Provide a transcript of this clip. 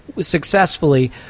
successfully